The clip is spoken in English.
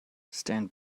stand